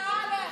תודה, שמענו.